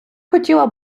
хотіла